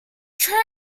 train